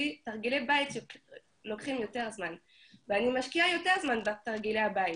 תרגילי בית לוקחים יותר זמן ואני משקיעה יותר זמן בתרגילי הבית